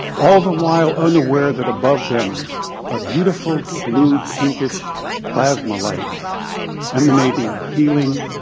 all the while unaware that above them are beautiful blue pinkish plasma lights emanating healing,